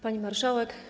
Pani Marszałek!